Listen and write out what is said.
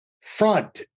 front